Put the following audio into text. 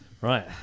Right